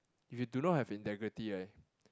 if you do not have integrity right